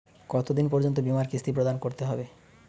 কতো দিন পর্যন্ত বিমার কিস্তি প্রদান করতে হবে?